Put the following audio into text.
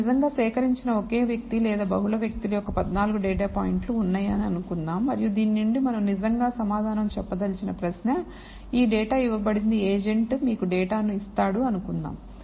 మీరు నిజంగా సేకరించిన ఒకే వ్యక్తి లేదా బహుళ వ్యక్తులు యొక్క 14 డేటా పాయింట్లు ఉన్నాయని అనుకుందాం మరియు దీని నుండి మనం నిజంగా సమాధానం చెప్పదలిచిన ప్రశ్నఈ డేటా ఇవ్వబడింది ఏజెంట్ మీకు డేటాను ఇస్తాడు అనుకుందాం